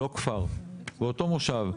לא כפר, מושב.